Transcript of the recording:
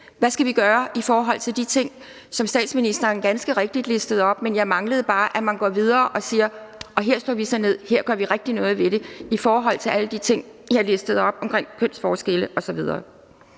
Hvad skal vi gøre i forhold til de ting, som statsministeren ganske rigtigt listede op? Jeg manglede bare, at man går videre og siger: Her slår vi så ned, og her gør vi rigtig noget ved det i forhold til alle de ting, der er listet op omkring kønsforskelle osv.